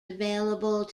available